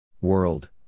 World